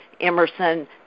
Emerson